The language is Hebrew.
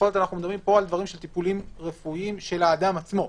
אנחנו מדברים על טיפולים רפואיים של האדם עצמו.